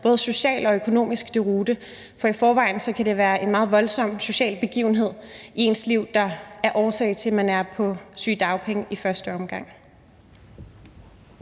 både social og økonomisk deroute, for det kan være en meget voldsom social begivenhed i ens liv, der er årsag til, at man i første omgang